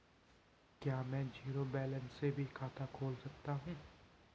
क्या में zero balance से भी खाता खोल सकता हूँ?